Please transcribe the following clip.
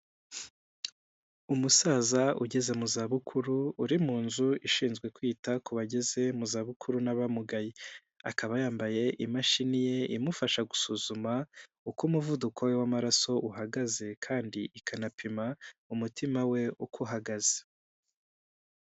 Umusaza ugeze mu za bukuru uri mu inzu ishinzwe kwita ku bageze mu izabukuru n'abamugaye, akaba yambaye imashini ye imufasha gusuzuma uko umuvuduko we w'amaraso uko uhagaze kandi ikanapima umutima we uko uhagaze.